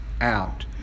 out